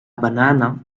banana